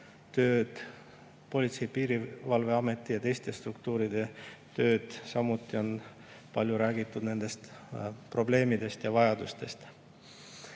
tööd, Politsei- ja Piirivalveameti ning teiste struktuuride tööd. Samuti on palju räägitud probleemidest ja vajadustest. Ma